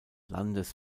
landes